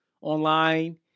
online